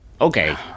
Okay